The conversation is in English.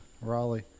Raleigh